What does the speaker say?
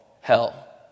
hell